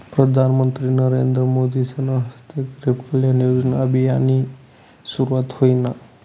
प्रधानमंत्री नरेंद्र मोदीसना हस्ते गरीब कल्याण योजना अभियाननी सुरुवात व्हयनी